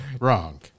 wrong